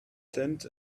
tent